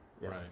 Right